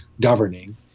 governing